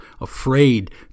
afraid